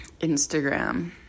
Instagram